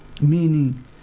meaning